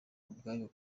ubwayo